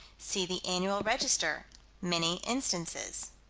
see the annual register many instances.